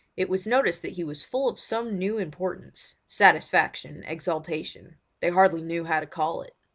it was noticed that he was full of some new importance satisfaction, exaltation they hardly knew how to call it.